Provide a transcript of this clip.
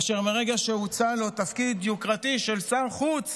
אשר מרגע שהוצע לו תפקיד יוקרתי של שר חוץ